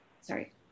Sorry